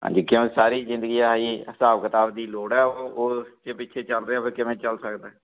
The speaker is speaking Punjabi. ਹਾਂਜੀ ਕਿ ਸਾਰੀ ਜ਼ਿੰਦਗੀ ਆ ਹੀ ਹਿਸਾਬ ਕਿਤਾਬ ਦੀ ਲੋੜ ਹੈ ਉਹ ਉਸ 'ਚ ਪਿੱਛੇ ਚੱਲ ਰਿਹਾ ਫਿਰ ਕਿਵੇਂ ਚੱਲ ਸਕਦਾ